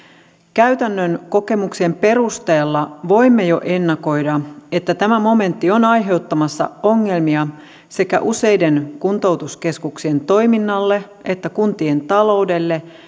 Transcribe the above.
käytännön kokemuksien perusteella voimme jo ennakoida että tämä momentti on aiheuttamassa ongelmia sekä useiden kuntoutuskeskuksien toiminnalle että kuntien taloudelle